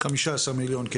15 מיליון.